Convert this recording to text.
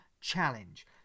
challenge